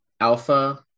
alpha